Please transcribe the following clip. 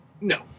No